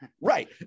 right